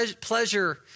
pleasure